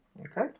okay